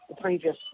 previous